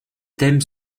thèmes